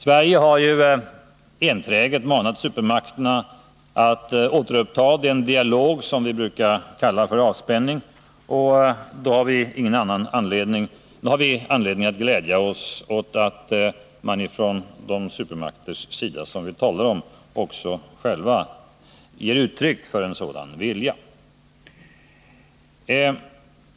Sverige har ju enträget manat supermakterna att återuppta den dialog som vi brukar kalla för avspänning, och då har vi anledning att glädja oss när supermakterna själva ger uttryck för en sådan vilja.